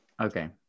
Okay